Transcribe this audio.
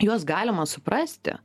juos galima suprasti